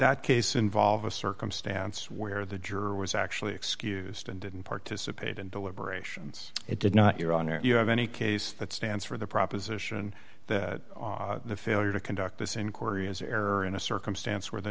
that case involve a circumstance where the juror was actually excused and didn't participate in deliberations it did not your honor you have any case that stands for the proposition that the failure to conduct this inquiry is error in a circumstance where the